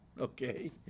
Okay